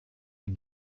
die